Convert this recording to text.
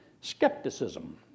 Skepticism